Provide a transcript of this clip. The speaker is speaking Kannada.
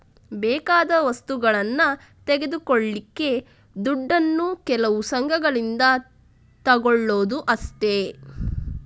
ಬೇಕಾದ ವಸ್ತುಗಳನ್ನ ತೆಗೆದುಕೊಳ್ಳಿಕ್ಕೆ ದುಡ್ಡನ್ನು ಕೆಲವು ಸಂಘಗಳಿಂದ ತಗೊಳ್ಳುದು ಅಷ್ಟೇ